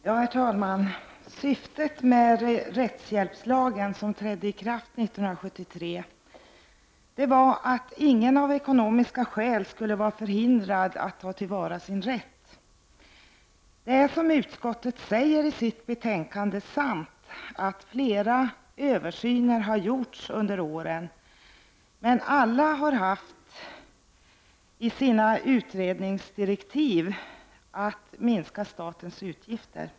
Herr talman! Syftet med rättshjälpslagen, som trädde i kraft 1973, var att ingen av ekonomiska skäl skulle vara förhindrad att ta till vara sin rätt. Det är, som utskottet säger i sitt betänkande, sant att flera översyner har gjorts under åren, men alla har haft i sina utredningsdirektiv att minska statens utgifter.